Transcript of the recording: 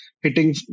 hitting